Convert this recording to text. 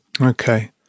Okay